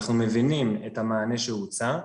אנחנו מבינים את המענה שהוצע,